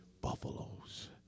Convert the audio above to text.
Buffaloes